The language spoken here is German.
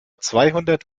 zweihundert